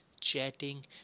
chatting